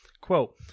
Quote